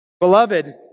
Beloved